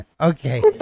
Okay